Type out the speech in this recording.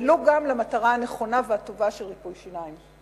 ולו גם למטרה הנכונה והטובה של ריפוי שיניים.